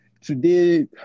Today